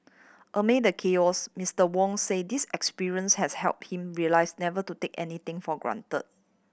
amid the chaos Mister Wong said this experience has helped him realise never to take anything for granted